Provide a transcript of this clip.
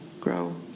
grow